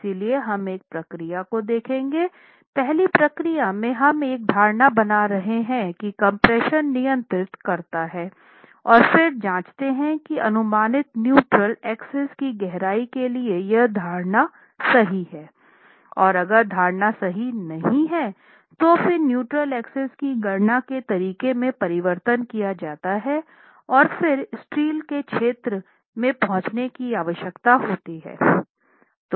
इसलिए हम एक प्रक्रिया को देखेंगे पहली प्रक्रिया में हम एक धारणा बना रहे हैं की कम्प्रेशन नियंत्रित करता है और फिर जांचते है कि अनुमानित न्यूट्रल एक्सिस की गहराई के लिए यह धारणा सही है और अगर धारणा सही नहीं हैं तो फिर न्यूट्रल एक्सिस की गणना के तरीके में परिवर्तन किया जाता है और फिर स्टील के क्षेत्र में पहुंचने की आवश्यकता होती है